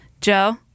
Joe